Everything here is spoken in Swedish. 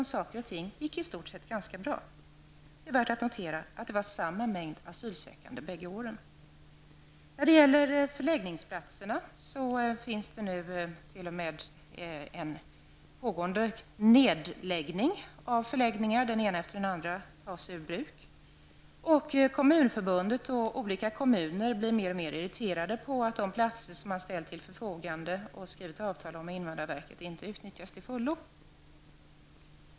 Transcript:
Saker och ting har gått i stort sett ganska bra. Det är värt att notera att det var samma mängd asylsökande bägge åren. När det gäller förläggningsplatserna finns det nu en pågående nedläggning. Den ena förläggningen efter den andra tas ur bruk. Kommunförbundet och olika kommuner blir mer och mer irriterade på att de platser som de ställt till förfogande och skrivit ett avtal om med invandrarverket inte utnyttjas till fullo.